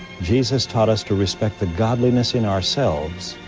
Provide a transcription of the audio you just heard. jesus taught us to respect the godliness in ourselves,